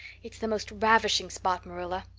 it's the most ravishing spot, marilla.